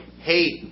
hate